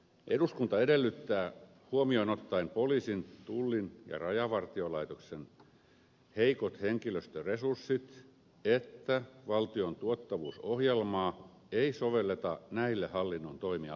eduskunta edellyttää huomioon ottaen poliisin tullin ja rajavartiolaitoksen heikot henkilöstöresurssit että valtion tuottavuusohjelmaa ei sovelleta näillä hallinnon toimialoilla